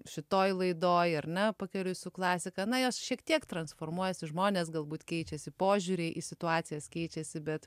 šitoj laidoj ar ne pakeliui su klasika na jos šiek tiek transformuojasi žmonės galbūt keičiasi požiūriai į situacijas keičiasi bet